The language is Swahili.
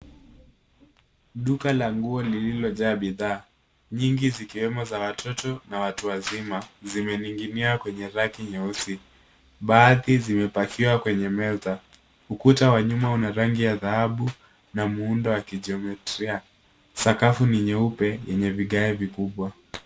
Duka la nguo lililojaa bidhaa, nyingi zikiwemo za watoto, na watu wazima, zimening'inia kwenye raki nyeusi, baadhi zimepakiwa kwenye meza. Ukuta una rangi ya dhahabu, na muundo wa kijiometria, sakafu ni nyeupe, yenye vigae vikubwa.